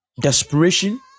desperation